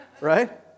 Right